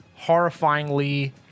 horrifyingly